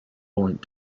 point